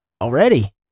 already